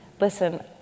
listen